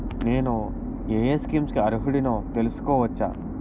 నేను యే యే స్కీమ్స్ కి అర్హుడినో తెలుసుకోవచ్చా?